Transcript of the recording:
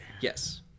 Yes